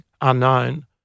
unknown